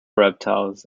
reptiles